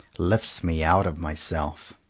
lifts me out of myself.